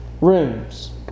rooms